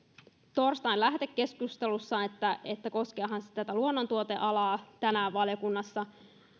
torstain lähetekeskustelussa että että koskeehan se tätä luonnontuotealaa tänään valiokunnassa